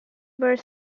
were